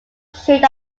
shade